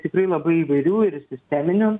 tikrai labai įvairių ir sisteminių